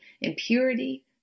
impurity